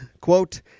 quote